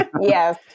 Yes